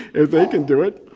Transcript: if they can do it,